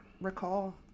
recall